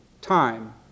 time